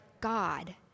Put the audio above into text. God